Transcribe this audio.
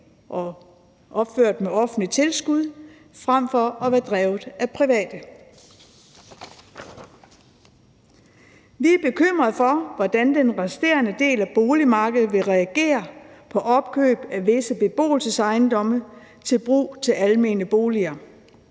og opført med offentligt tilskud frem for at være drevet af private. Vi er bekymrede for, hvordan den resterende del af boligmarkedet vil reagere på opkøb af visse beboelsesejendomme til brug for almene boliger.